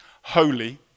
holy